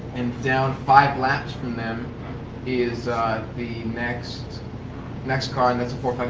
and down five laps from them is the next next car and that's a four